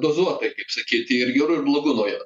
dozuotai kaip sakyt ir gerų ir blogų naujienų